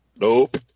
Nope